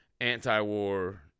anti-war